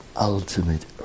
ultimate